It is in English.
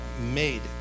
made